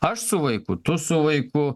aš su vaiku tu su vaiku